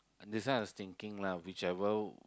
that's why I was thinking lah whichever